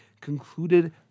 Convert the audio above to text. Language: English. concluded